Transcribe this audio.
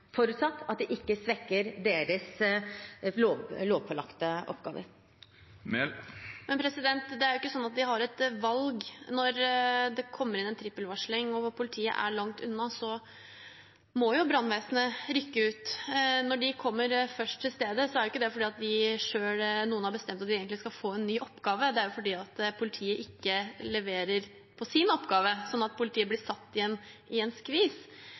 forutsatt at det ikke svekker deres lovpålagte oppgaver. Det er jo ikke sånn at de har et valg. Når det kommer inn en trippelvarsling og politiet er langt unna, må brannvesenet rykke ut. Når de kommer først til stedet, er det ikke fordi noen har bestemt at de skal få en ny oppgave; det er fordi politiet ikke leverer på sin oppgave, sånn at politiet blir satt i en skvis.